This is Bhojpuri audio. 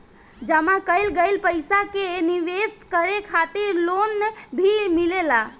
जामा कईल गईल पईसा के निवेश करे खातिर लोन भी मिलेला